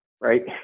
right